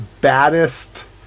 baddest